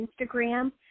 Instagram